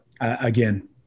again